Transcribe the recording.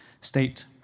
state